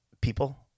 people